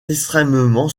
extrêmement